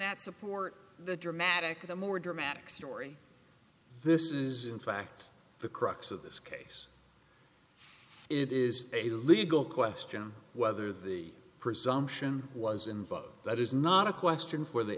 that support the dramatic the more dramatic story this is in fact the crux of this case it is a legal question whether the presumption was and that is not a question for the